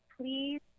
please